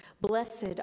Blessed